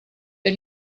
per